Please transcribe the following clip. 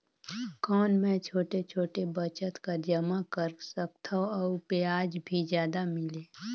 कौन मै छोटे छोटे बचत कर जमा कर सकथव अउ ब्याज भी जादा मिले?